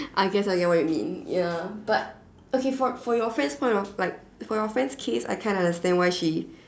I guess I get what you mean ya but okay for for your friend's point of like for your friend's case I kinda understand why she